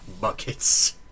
buckets